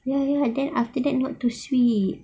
ya ya then after that not too sweet